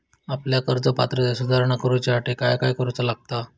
आपल्या कर्ज पात्रतेत सुधारणा करुच्यासाठी काय काय करूचा लागता?